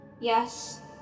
Yes